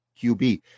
QB